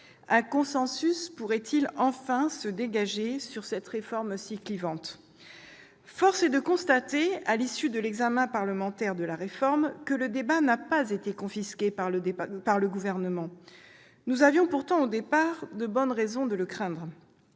Un consensus pourrait-il enfin se dégager sur cette réforme si clivante ? Force est de constater, à l'issue de la discussion parlementaire de la réforme, que le débat n'a pas été confisqué par le Gouvernement. À l'origine, nous avions pourtant de bonnes raisons de le craindre.